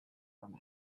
from